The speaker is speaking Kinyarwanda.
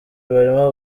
barimo